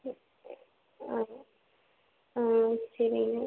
ம் ஆன் ஆன் சரிங்க